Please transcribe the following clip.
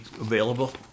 available